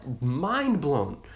mind-blown